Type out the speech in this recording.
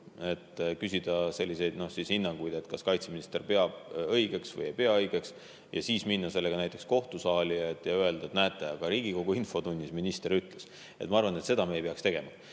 küsides selliseid hinnanguid, kas kaitseminister peab õigeks või ei pea õigeks, et siis minna näiteks kohtusaali ja öelda, et näete, aga Riigikogu infotunnis minister nii ütles. Ma arvan, et seda me ei peaks tegema.